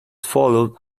follows